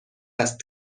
است